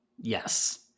yes